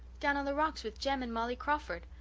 down on the rocks with jem and mollie crawford.